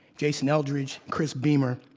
jason eldredge, chris beemer.